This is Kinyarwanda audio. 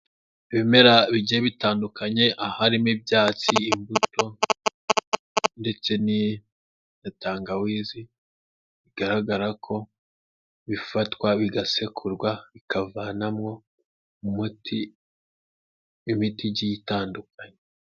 Ibimera bijyiye bitandukanye aharimo: ibyatsi, imbuto, ndetse n'atangawizi. Bigaragara ko bifatwa bigasekurwa, bikavanwamo umuti w'imiti igiye itandukanye.